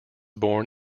born